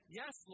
yes